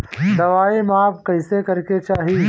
दवाई माप कैसे करेके चाही?